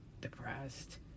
depressed